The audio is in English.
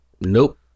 nope